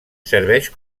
serveix